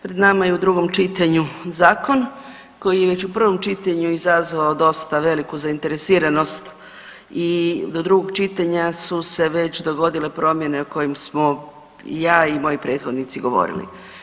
Pred nama je u drugom čitanju zakon koji je već u prvom čitanju izazvao dosta veliku zainteresiranost i do drugog čitanja su se već dogodile promjene o kojim smo ja i moji prethodnici govorili.